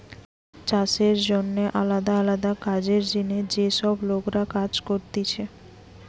চাষের জন্যে আলদা আলদা কাজের জিনে যে সব লোকরা কাজ করতিছে